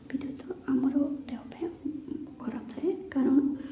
ଆପିତିତ ଆମର ଦେହ ପାଇଁ ଖରାପ ଥାଏ କାରଣ